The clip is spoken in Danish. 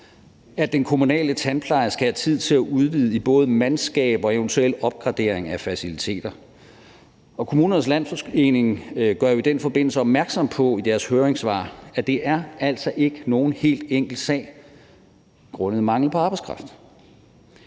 at den kommunale tandpleje skal have tid til at udvide med mandskab og eventuel opgradering af faciliteterne. Kommunernes Landsforening gør i den forbindelse opmærksom på i deres høringssvar, at det altså ikke er nogen helt enkelt sag grundet mangel på arbejdskraft.